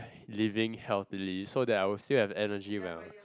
living healthily so that I will still have energy when I